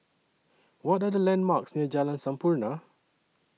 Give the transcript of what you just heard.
What Are The landmarks near Jalan Sampurna